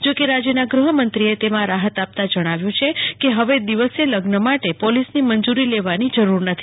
જો કે રાજયના ગૃહમંત્રીએ તેમાં રાહત આપતા જણાવ્યુ છે કેહવે દિવસે લગ્ન માટે પોલીસની મંજુરી લેવાની જરૂર નથી